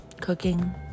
Cooking